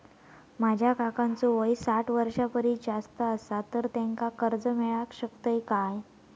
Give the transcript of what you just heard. माझ्या काकांचो वय साठ वर्षां परिस जास्त आसा तर त्यांका कर्जा मेळाक शकतय काय?